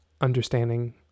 understanding